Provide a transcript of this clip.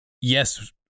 yes